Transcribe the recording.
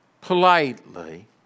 politely